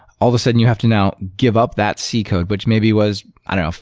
all of a sudden you have to now give up that c code, which maybe was i don't know,